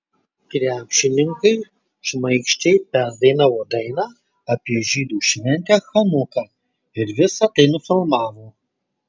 krepšininkai šmaikščiai perdainavo dainą apie žydų šventę chanuką ir visa tai nufilmavo